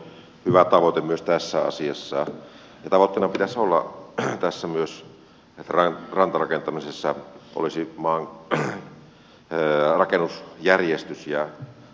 tämä normien purku on hyvä tavoite myös tässä asiassa ja tavoitteena pitäisi olla että myös tässä rantarakentamisessa olisi rakennusjärjestys ja